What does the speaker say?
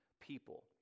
people